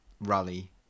rally